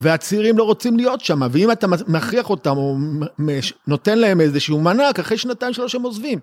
והצעירים לא רוצים להיות שם, ואם אתה מכריח אותם או נותן להם איזה שהוא מענק, אחרי שנתיים שלוש הם עוזבים.